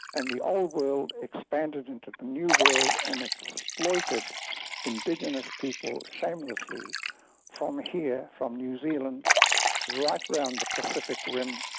and the old world expanded into the new world and exploited indigenous people shamelessly from um here, from new zealand right round the pacific rim,